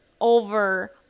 over